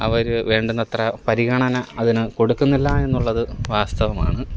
അവർ വേണ്ടുന്നത്ര പരിഗണന അതിന് കൊടുക്കുന്നില്ല എന്നുള്ളത് വാസ്തവമാണ്